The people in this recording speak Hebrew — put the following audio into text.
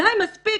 די, מספיק.